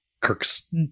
Kirk's